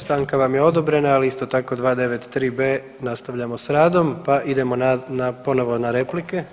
Stanka vam je odobrena, ali isto tako 293.b. nastavljamo s radom, pa idemo novo na replike.